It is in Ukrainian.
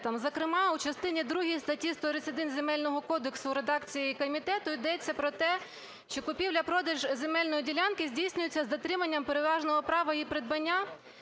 Зокрема, в частині другій статті 131 Земельного кодексу в редакції комітету йдеться про те, що купівля-продаж земельної ділянки здійснюється з дотримання переважного права її придбання.